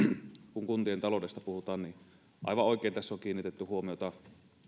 kun kuntien taloudesta puhutaan aivan oikein tässä on kiinnitetty huomiota